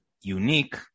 unique